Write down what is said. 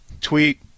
tweet